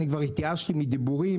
התייאשתי כבר מדיבורים